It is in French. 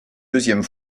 deuxième